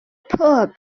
poor